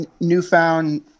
Newfound